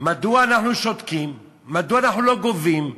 מדוע אנחנו שותקים, מדוע אנחנו לא גובים,